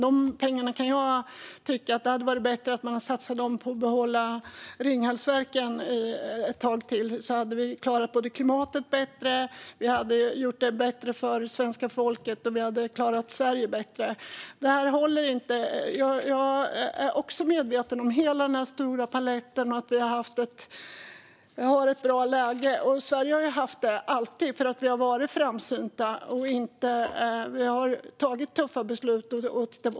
De pengarna kan jag tycka att det hade varit bättre att satsa på att behålla Ringhalsverken ett tag till. Då hade vi klarat klimatet bättre, gjort det bättre för svenska folket och klarat Sverige bättre. Det här håller inte. Jag är också medveten om hela den här stora paletten och att vi har ett bra läge. Det har Sverige alltid haft eftersom vi har varit framsynta och fattat tuffa beslut.